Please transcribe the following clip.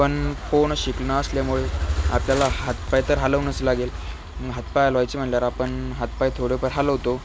पण पोहणं शिकणं असल्यामुळे आपल्याला हातपाय तर हालवणंच लागेल हातपाय हलवायचे म्हणल्यावर आपण हातपाय थोडेफार हलवतो